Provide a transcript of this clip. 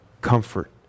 comfort